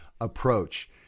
approach